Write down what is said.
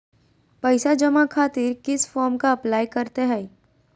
पैसा जमा खातिर किस फॉर्म का अप्लाई करते हैं?